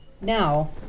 Now